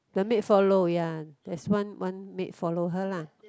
the maid follow ya there's one one maid follow her lah